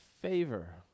Favor